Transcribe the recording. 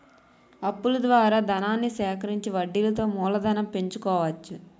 అప్పుల ద్వారా ధనాన్ని సేకరించి వడ్డీలతో మూలధనం పెంచుకోవచ్చు